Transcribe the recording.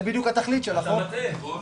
זה בדיוק התכלית של החוק והתקנות.